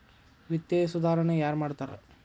ವಿತ್ತೇಯ ಸುಧಾರಣೆ ಯಾರ್ ಮಾಡ್ತಾರಾ